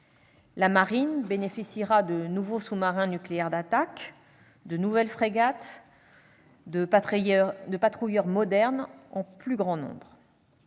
La marine bénéficiera de nouveaux sous-marins nucléaires d'attaque, de nouvelles frégates, de patrouilleurs modernes en plus grand nombre.